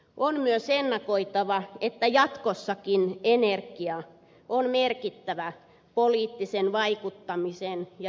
on myös ennakoitava että jatkossakin energia on merkittävä poliittisen vaikuttamisen ja dialogin väline